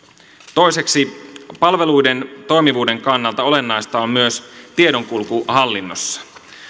toiseksi palveluiden toimivuuden kannalta olennaista on myös tiedonkulku hallinnossa